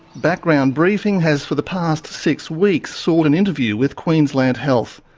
background briefing has for the past six weeks sought an interview with queensland health.